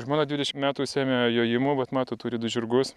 žmona dvidešim metų užsiėmė jojimu vat matot turi du žirgus